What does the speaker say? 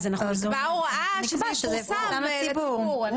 אז אנחנו נקבע הוראה שזה יפורסם לציבור.